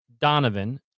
Donovan